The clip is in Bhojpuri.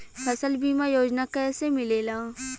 फसल बीमा योजना कैसे मिलेला?